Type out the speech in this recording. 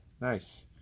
nice